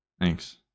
Thanks